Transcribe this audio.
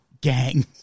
gang